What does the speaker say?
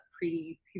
pre